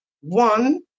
one